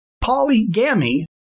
polygamy